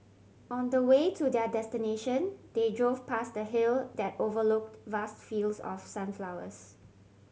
on the way to their destination they drove past a hill that overlooked vast fields of sunflowers